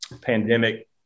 pandemic